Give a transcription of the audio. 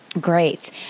Great